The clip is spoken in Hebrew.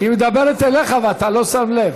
היא מדברת אליך ואתה לא שם לב.